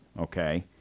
okay